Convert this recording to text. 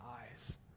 eyes